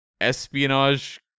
espionage